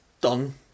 done